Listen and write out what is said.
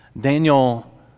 Daniel